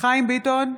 חיים ביטון,